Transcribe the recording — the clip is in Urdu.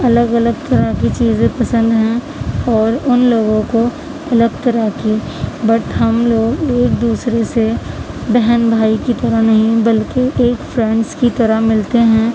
الگ الگ طرح کی چیزیں پسند ہیں اور ان لوگوں کو الگ طرح کی بٹ ہم لوگ ایک دوسرے سے بہن بھائی کی طرح نہیں بلکہ ایک فرینڈس کی طرح ملتے ہیں